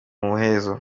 muhezo